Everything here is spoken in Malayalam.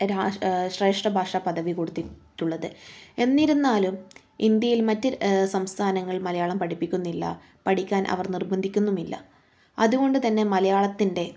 ശ്രേഷ്ഠഭാഷാ പദവി കൊടുത്തിട്ടുള്ളത് എന്നിരുന്നാലും ഇന്ത്യയിൽ മറ്റു സംസ്ഥാനങ്ങൾ മലയാളം പഠിപ്പിക്കുന്നില്ല പഠിക്കാൻ അവർ നിർബന്ധിക്കുന്നുമില്ല അതുകൊണ്ട് തന്നെ മലയാളത്തിൻ്റെ